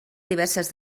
diverses